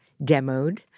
demoed